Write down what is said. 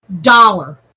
dollar